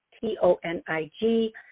T-O-N-I-G